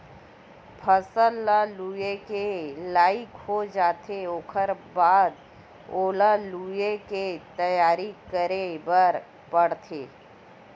फसल ह लूए के लइक हो जाथे ओखर बाद ओला लुवे के तइयारी करे बर परथे